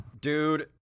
dude